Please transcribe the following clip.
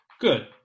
good